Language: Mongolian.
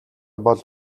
бол